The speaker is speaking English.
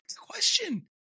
question